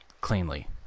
cleanly